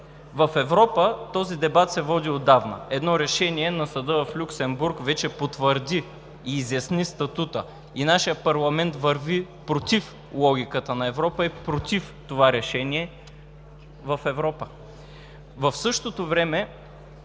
В Европа този дебат се води отдавна. Едно решение на Съда в Люксембург вече потвърди и изясни статута, а нашият парламент върви против логиката на Европа и против това решение в Европа. В същото време,